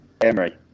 Emery